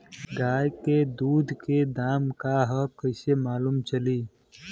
गाय के दूध के दाम का ह कइसे मालूम चली?